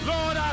Lord